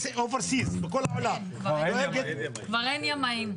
כבר אין ימאים.